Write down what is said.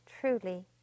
truly